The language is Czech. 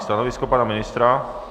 Stanovisko pana ministra?